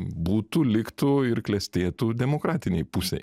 būtų liktų ir klestėtų demokratinėj pusėj